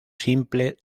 simple